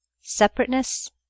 Separateness